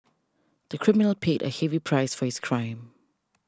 the criminal paid a heavy price for his crime